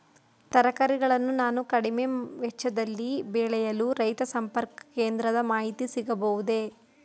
ತರಕಾರಿಗಳನ್ನು ನಾನು ಕಡಿಮೆ ವೆಚ್ಚದಲ್ಲಿ ಬೆಳೆಯಲು ರೈತ ಸಂಪರ್ಕ ಕೇಂದ್ರದ ಮಾಹಿತಿ ಸಿಗಬಹುದೇ?